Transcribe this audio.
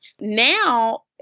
now